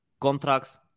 contracts